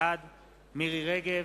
בעד מירי רגב,